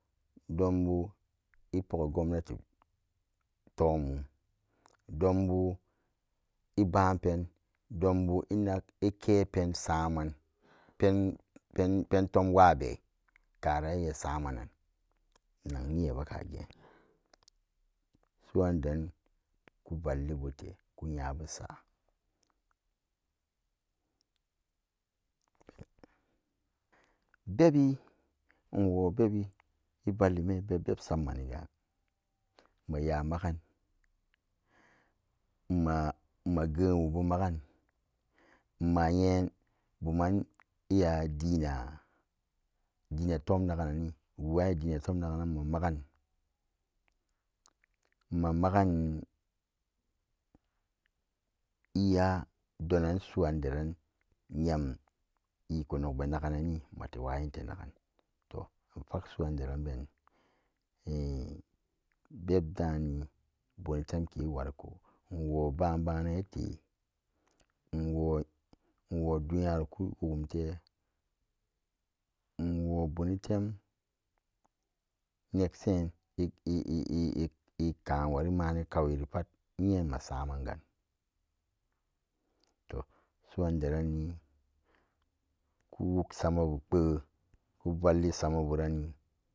Dombu epogi gwannati to'om mum dombu eba'an pen dombu enak eke-pen saman pen-pen-pento'om wabe karan iya samannan inag niya be kgeen su'an deranni ku vallibute kunyabu sa'a bebbi inwo bebbi evallume beb-bebsammaniga ma'yamagan mage'enwo ba mag'an ma'en buman iya dina-dina to'om nagan-nanni wo'an edina to'om naganan ma-mag'an, ma-mag'an iya donan suu'an deran yam iko nogbe nag'ananni mate wayinte nagan to infag su'an deran be'en bebdani bonotemke wariko inwo ba'an bana'ete inwo duniyaro ku wog'umte nwo bonotem neksen ekan wari mani kawebu pat nye ma samangan to su'an daranni ku'wuk samabu pbe kuvalli samaburanni.